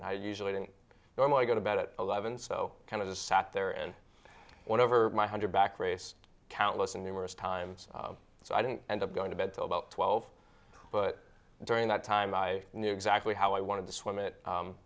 and i usually don't normally go to bed at eleven so kind of the sat there and whatever my hundred back race countless and numerous times so i didn't end up going to bed till about twelve but during that time i knew exactly how i wanted to swim it